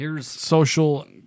social